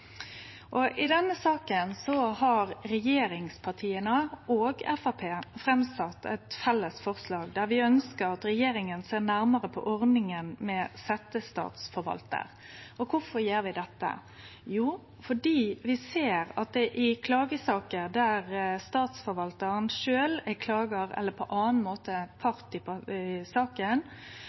samfunnet. I denne saka har regjeringspartia og Framstegspartiet sett fram eit felles forslag der vi ønskjer at regjeringa ser nærmare på ordninga med setjestatsforvaltar. Kvifor gjer vi dette? Jo, fordi vi ser at klagesaker der Statsforvaltaren sjølv er klagar eller på annan måte part i saka,